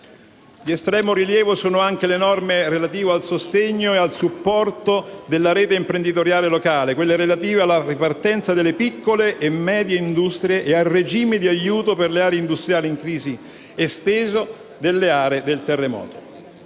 Di estremo rilievo sono anche le norme relative al sostegno e al supporto della rete imprenditoriale locale, nonché quelle relative alla ripartenza delle piccole e medie industrie e al regime di aiuto per le aree industriali in crisi esteso alle aree del terremoto.